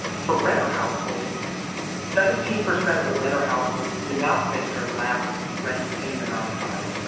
for renter households seventeen percent of the renter households did not make their last rent payment on time.